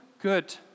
good